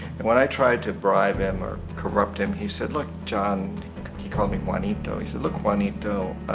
and when i tried to bribe him or corrupt him, he said look, john he called me juanito he said look juanito,